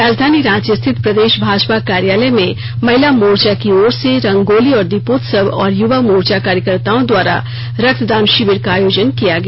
राजधानी रांची स्थित प्रदेश भाजपा कार्यालय में महिला मोर्चा की ओर से रंगोली और दीपोत्सव और युवा मोर्चा कार्यकर्ताओं द्वारा रक्तदान शिविर का आयोजन किया गया